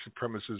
supremacists